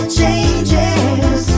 changes